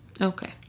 Okay